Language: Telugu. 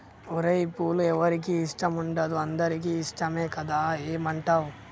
ఓరై పూలు ఎవరికి ఇష్టం ఉండదు అందరికీ ఇష్టమే కదా ఏమంటావ్